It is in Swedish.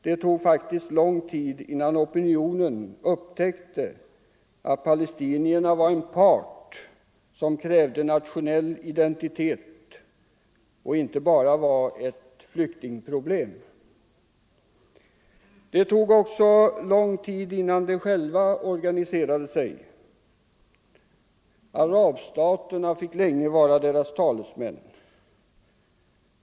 Det tog lång tid innan opinionen upptäckte att palestinierna var en part som krävde nationell identitet och inte bara var ett flyktingproblem. Det tog också lång tid innan de själva organiserade sig. Arabstaterna fick länge vara deras talesmän.